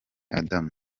adamu